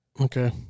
Okay